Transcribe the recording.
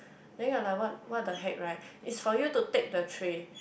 then you're like what what the heck right it's for you to take the tray